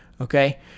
okay